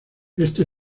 este